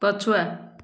ପଛୁଆ